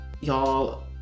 y'all